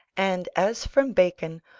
and, as from bacon,